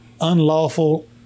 unlawful